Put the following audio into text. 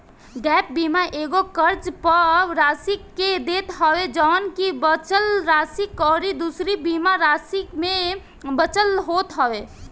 gap बीमा एगो कर्जा पअ राशि के देत हवे जवन की बचल राशि अउरी दूसरी बीमा राशि में बचल होत हवे